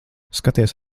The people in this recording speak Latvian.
skaties